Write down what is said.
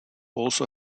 also